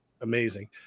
amazing